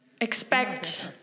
expect